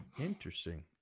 Interesting